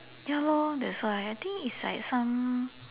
ya lor that's why I think it's like some